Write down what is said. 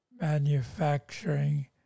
manufacturing